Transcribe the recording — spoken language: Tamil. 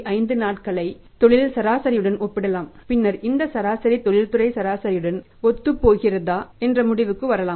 5 நாட்களை தொழில் சராசரியுடன் ஒப்பிடலாம் பின்னர் இந்த சராசரி தொழில்துறை சராசரியுடன் ஒத்துப்போகிறதா என்று முடிவுக்கு வரலாம்